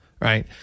right